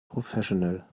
professional